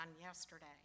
yesterday